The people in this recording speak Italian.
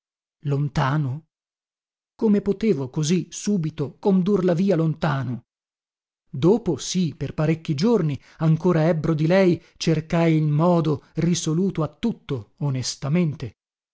lontano come potevo così subito condurla via lontano dopo sì per parecchi giorni ancora ebbro di lei cercai il modo risoluto a tutto onestamente